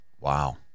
wow